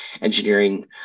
engineering